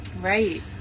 Right